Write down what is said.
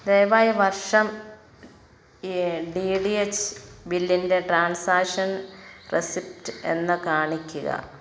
ദയവായി വർഷം D D H ബില്ലിന്റെ ട്രാൻസാക്ഷൻ റെസീപ്റ്റ് എന്നെ കാണിക്കുക